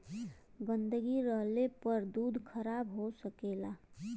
गन्दगी रहले पर दूध खराब हो सकेला